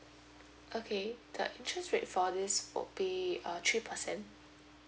okay the interest for this would be three percent